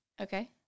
Okay